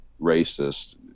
racist